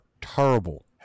Terrible